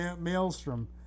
Maelstrom